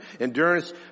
endurance